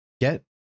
Get